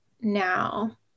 now